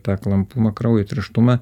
tą klampumą kraujo tirštumą